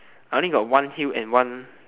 I only got one heel and one